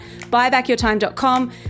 buybackyourtime.com